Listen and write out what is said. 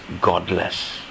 godless